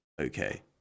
okay